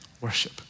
worship